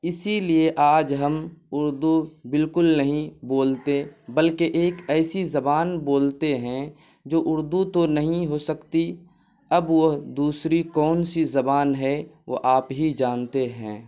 اسی لیے آج ہم اردو بالکل نہیں بولتے بلکہ ایک ایسی زبان بولتے ہیں جو اردو تو نہیں ہو سکتی اب وہ دوسری کون سی زبان ہے وہ آپ ہی جانتے ہیں